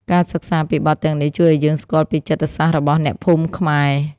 ការសិក្សាពីបទទាំងនេះ ជួយឱ្យយើងស្គាល់ពីចិត្តសាស្ត្ររបស់អ្នកភូមិខ្មែរ។